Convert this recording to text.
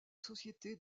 société